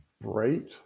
Bright